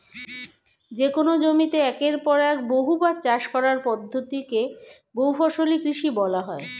যেকোন জমিতে একের পর এক বহুবার চাষ করার পদ্ধতি কে বহুফসলি কৃষি বলা হয়